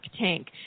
tank